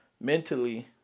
mentally